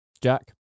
jack